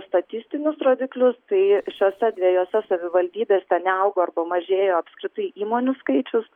statistinius rodiklius tai šiose dviejose savivaldybėse neaugo arba mažėjo apskritai įmonių skaičius